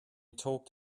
talked